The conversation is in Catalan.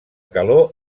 calor